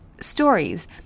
stories